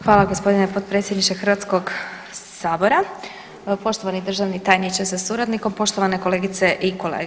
Hvala gospodine potpredsjedniče Hrvatskog sabora, poštovani državni tajniče sa suradnikom, poštovane kolegice i kolege.